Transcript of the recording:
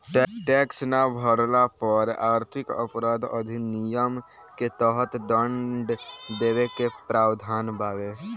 tax ना भरला पर आर्थिक अपराध अधिनियम के तहत दंड देवे के प्रावधान बावे